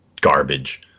garbage